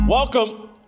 Welcome